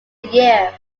year